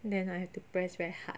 then I have to press very hard